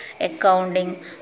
accounting